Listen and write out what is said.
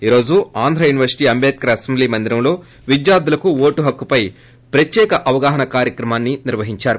ఈరోజు ఆంధ్రాయూనివర్సిటీ అబేద్కర్ అసెంబ్లీ మందిరంలో విద్యార్లులకు ఓటు హక్కుపై ప్రత్యేక అవగాహన కార్యక్రమం నిర్వహించారు